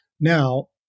Now